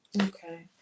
Okay